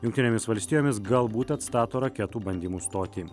jungtinėmis valstijomis galbūt atstato raketų bandymų stotį